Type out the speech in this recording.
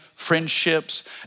friendships